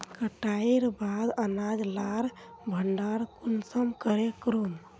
कटाईर बाद अनाज लार भण्डार कुंसम करे करूम?